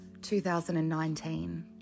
2019